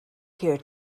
here